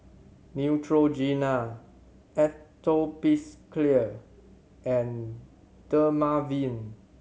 Neutrogena Atopiclair and Dermaveen